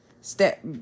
step